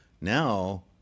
now